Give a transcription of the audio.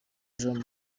jean